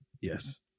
yes